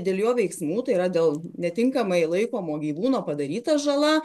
dėl jo veiksmų tai yra dėl netinkamai laikomo gyvūno padaryta žala